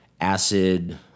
acid